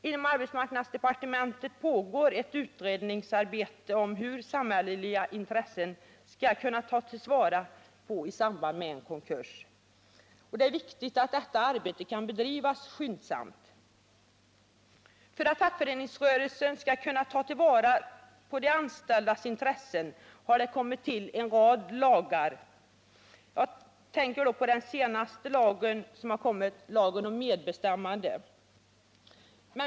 Inom arbetsmarknadsdepartementet pågår ett utredningsarbete om hur samhälleliga intressen skall kunna tillvaratas i samband med en konkurs. Det är viktigt att detta arbete kan bedrivas skyndsamt. För att fackföreningsrörelsen skall kunna ta till vara de anställdas intressen har det tillkommit en rad lagar — den senaste är lagen om medbestämmande.